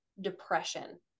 depression